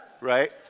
Right